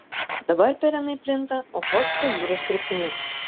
dabar pelenai plinta ochotsko jūros kryptimi